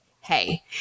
hey